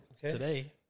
today